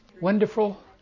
Wonderful